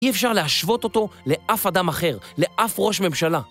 ‫אי אפשר להשוות אותו לאף אדם אחר, ‫לאף ראש ממשלה.